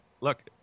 look